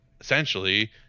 essentially